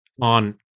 on